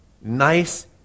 nice